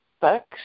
books